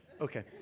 Okay